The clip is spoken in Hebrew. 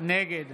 נגד